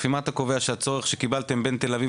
לפי מה אתה קובע שהצורך שקיבלתם בין תל אביב